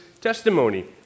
testimony